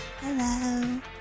Hello